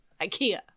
Ikea